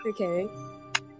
okay